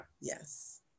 yes